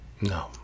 no